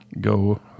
go